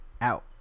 out